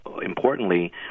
importantly